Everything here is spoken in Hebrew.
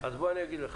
אני אגלה לך